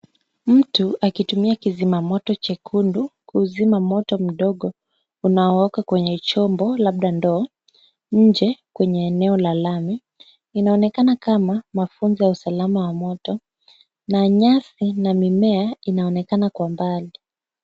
Mtu akitumia kizima moto chekundu kuzima moto mdogo unaowaka kwenye chombo labda ndoo, nje kwenye eneo la lami. Inaonekana kama mafunzo ya usalama wa moto na nyasi na mimea inaonekana kwa mbali.